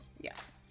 Yes